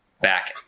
back